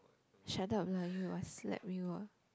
shut up lah or I slap you ah